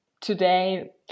today